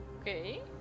okay